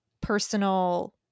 personal